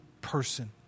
person